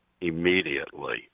immediately